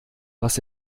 was